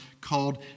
called